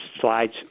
slides